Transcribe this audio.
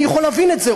אני יכול להבין את זה,